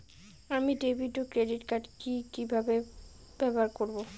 আমি ডেভিড ও ক্রেডিট কার্ড কি কিভাবে ব্যবহার করব?